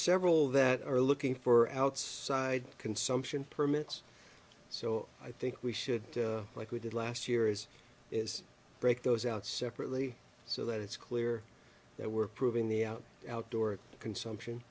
several that are looking for outside consumption permits so i think we should like we did last year is is break those out separately so that it's clear that we're proving the out outdoor consumption